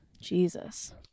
Jesus